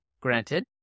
granted